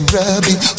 rubbing